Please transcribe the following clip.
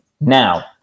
now